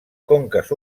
conques